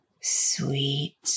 sweet